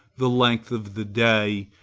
the length of the day,